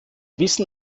wissen